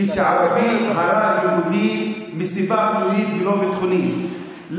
כשערבי הרג יהודי מסיבה פלילית ולא ביטחונית,